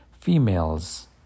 females